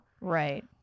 right